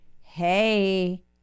hey